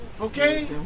okay